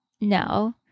no